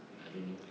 I don't know